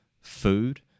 food